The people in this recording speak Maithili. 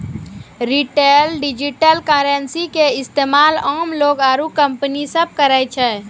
रिटेल डिजिटल करेंसी के इस्तेमाल आम लोग आरू कंपनी सब करै छै